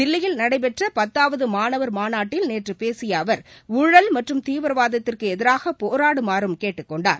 தில்லியில் நடைபெற்ற பத்தாவது மாணவர் மாநாட்டில் நேற்று பேசிய அவர் ஊழல் மற்றும் தீவிரவாதத்திற்கு எதிராக போராடுமாறும் கேட்டுக்கொண்டார்